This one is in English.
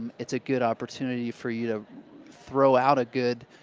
it's a good opportunity for you to throw out a good